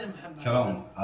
שלום.